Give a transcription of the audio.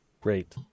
Great